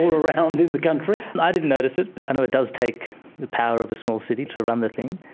around in the country? i didn't notice it. i know it does take the power of a small city to run the thing.